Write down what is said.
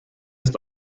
ist